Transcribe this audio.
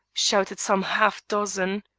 shouted some half dozen.